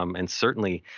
um and certainly,